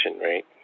right